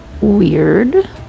Weird